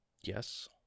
yes